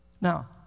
Now